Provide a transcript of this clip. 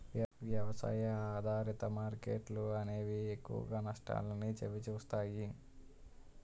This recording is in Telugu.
వ్యవసాయ ఆధారిత మార్కెట్లు అనేవి ఎక్కువగా నష్టాల్ని చవిచూస్తాయి